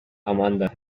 amanda